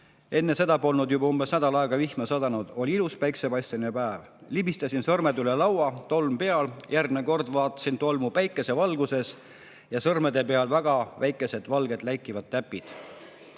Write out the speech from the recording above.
Enne seda polnud juba umbes nädal aega vihma sadanud. Oli ilus päikesepaisteline päev. Libistasin sõrmedega üle laua, tolm peal, järgmine kord vaatasin tolmu päikesevalguses!!! Ja sõrme peal on väga väikesed valged läikivad täpid!